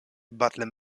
butler